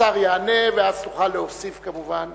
השר יענה, ואז תוכל להוסיף כמובן